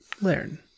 learn